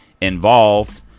involved